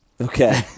Okay